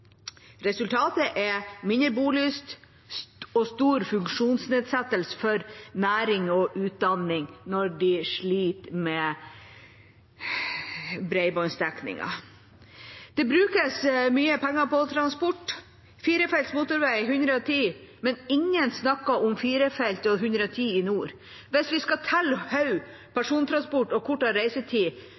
Resultatet er mindre bolyst og stor funksjonsnedsettelse for næring og utdanning når man sliter med bredbåndsdekningen. Det brukes mye penger på transport. Firefelts motorvei og 110 km/t, men ingen snakker om fire felt og 110 km/t i nord. Hvis vi skal telle hoder, persontransport og kortere reisetid,